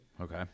Okay